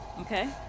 Okay